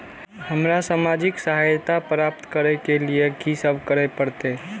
हमरा सामाजिक सहायता प्राप्त करय के लिए की सब करे परतै?